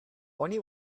only